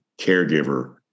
Caregiver